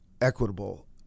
equitable